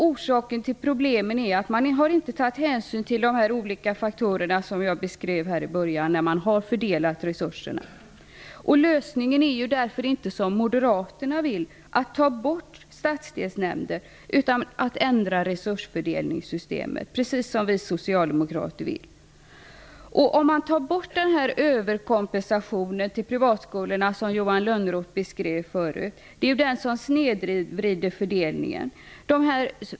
Orsaken till problemen är att man inte har tagit hänsyn till de olika faktorer som jag tidigare beskrev när man har fördelat resurserna. Lösningen är därför inte att, som moderaterna vill, ta bort stadsdelsnämnder utan den är att ändra resursfördelningssystemet, precis som vi socialdemokrater vill. Överkompensationen till privatskolorna är ju det som snedvrider fördelningen, precis som Johan Lönnroth beskrev här.